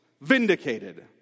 vindicated